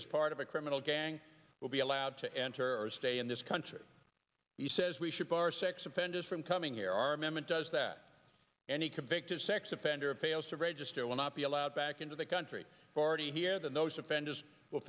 as part of a criminal gang will be allowed to enter or stay in this country he says we should bar sex offenders from coming here our memory does that any convicted sex offender fails to register will not be allowed back into the country already here the